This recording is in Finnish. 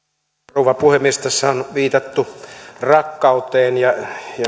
rouva puhemies tässä on viitattu rakkauteen ja